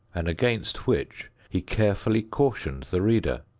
and against which he carefully cautioned the reader.